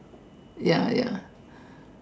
ya ya